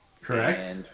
Correct